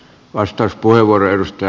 aivan lyhyesti